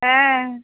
हँ